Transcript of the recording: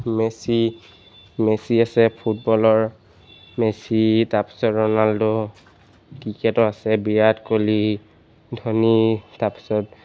Messi Messi আছে ফুটবলৰ Messi তাৰপিছত ৰনাল্ডো ক্ৰিকেটৰ আছে বিৰাট কোহলি ধোনী তাৰপিছত